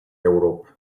europa